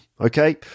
okay